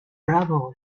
bravo